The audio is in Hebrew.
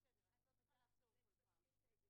קראתי גם את העמדה של משרד הבריאות.